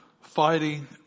fighting